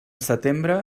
setembre